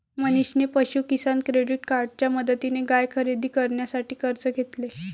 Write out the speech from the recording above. मनीषने पशु किसान क्रेडिट कार्डच्या मदतीने गाय खरेदी करण्यासाठी कर्ज घेतले